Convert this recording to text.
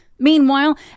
Meanwhile